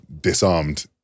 disarmed